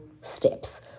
steps